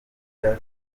cya